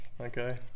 Okay